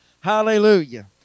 Hallelujah